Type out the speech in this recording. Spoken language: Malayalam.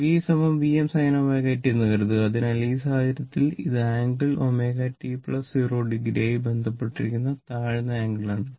V Vm sin ω t എന്ന് കരുതുക അതിനാൽ ഈ സാഹചര്യത്തിൽ ഇത് ആംഗിൾ ωt 0o ആയി ബന്ധപ്പെട്ടിരിക്കുന്ന താഴ്ന്ന ആംഗിൾ ആണ്